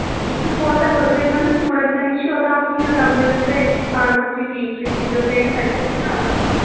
یہِ چھِ کھوژان تُہۍ تھٲیزیون یہِ سِٹوٗڈنٛٹَن نِش یوٚتام کِہیٖنۍ اوٚتام تھٲیزیون تُہۍ أتھٕے پانَس نِشی ٹیٖچرٕے بِہزیو تُہۍ أمِس اَتٮ۪ن نہ اوٚتام